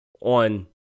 on